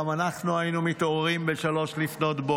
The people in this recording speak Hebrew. גם אנחנו היינו מתעוררים ב-03:00.